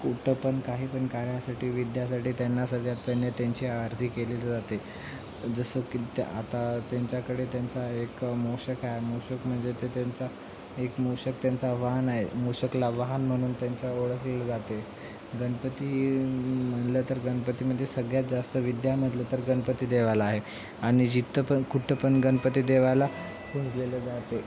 कुठं पण काही पण कार्यासाठी विद्येसाठी त्यांना सगळ्यात पहिने त्यांची आरती केली जाते जसं की त्या आता त्यांच्याकडे त्यांचा एक मूषक आहे मूषक म्हणजे ते त्यांचा एक मूषक त्यांचा वाहन आहे मूषकाला वाहन म्हणून त्यांचा ओळखलं जाते आहे गणपती म्हणलं तर गणपतीमध्ये सगळ्यात जास्त विद्या म्हटलं तर गणपतीदेवाला आहे आणि जिथं पण कुठं पण गणपतीदेवाला पुजलेलं जातं आहे